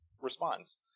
responds